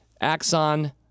Axon